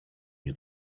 nie